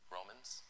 Romans